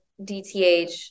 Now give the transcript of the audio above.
DTH